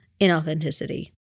Inauthenticity